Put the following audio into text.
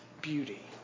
beauty